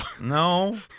No